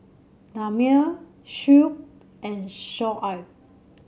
Damia Shuib and Shoaib